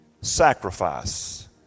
sacrifice